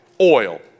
Oil